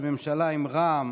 שממשלה עם רע"מ,